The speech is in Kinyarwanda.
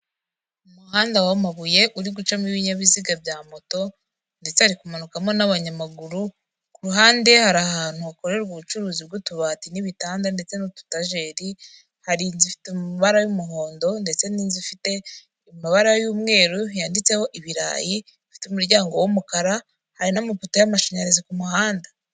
Umuhanda w'amabuye uri gucamo ibinyabiziga bya moto, ndetse ari kumanukamo n'abanyamaguru kuruhande hari ahantu hakorerwa ubucuruzi bw'utubati n'ibitanda ndetse n'ututajeri, hari inzu ifite amabara y'umuhondo ndetse n'inzu ifite amabara y'umweru yanditseho ibirayi, ifite umuryango w'umukara hari n'amapoto y'amashanyarazi ku muhanda.